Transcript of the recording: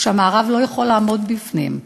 שהמערב לא יכול לעמוד בפניהם.